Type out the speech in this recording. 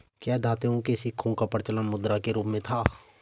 क्या धातुओं के सिक्कों का प्रचलन मुद्रा के रूप में था?